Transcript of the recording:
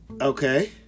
okay